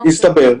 הסתבר,